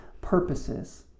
purposes